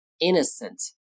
innocent